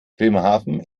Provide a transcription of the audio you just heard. bremerhaven